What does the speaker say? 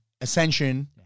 ascension